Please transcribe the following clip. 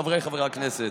חבריי חברי הכנסת,